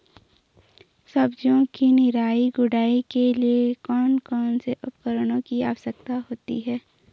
सब्जियों की निराई गुड़ाई के लिए कौन कौन से उपकरणों की आवश्यकता होती है?